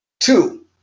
two